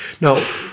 Now